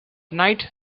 night